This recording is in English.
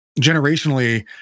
generationally